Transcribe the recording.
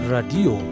Radio